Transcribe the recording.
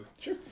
Sure